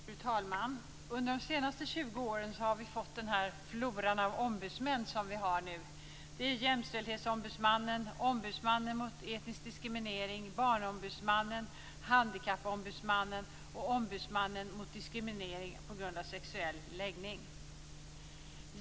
Fru talman! Under de senaste 20 åren har vi fått den flora av ombudsmän som vi nu har: Jämställdhetsombudsmannen, Ombudsmannen mot etnisk diskriminering, Barnombudsmannen, Handikappombudsmannen och Ombudsmannen mot diskriminering på grund av sexuell läggning.